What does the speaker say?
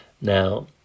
Now